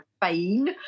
fine